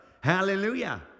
Hallelujah